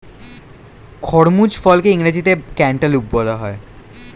খরমুজ ফলকে ইংরেজিতে ক্যান্টালুপ বলা হয়